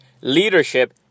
leadership